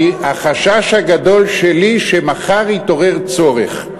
החשש הגדול שלי הוא שמחר יתעורר צורך,